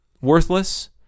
worthless